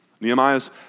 Nehemiah's